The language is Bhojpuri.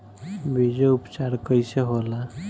बीजो उपचार कईसे होला?